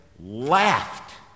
laughed